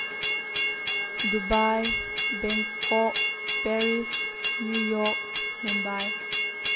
Dubai Bangkok Paris New York Mumbai